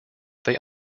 they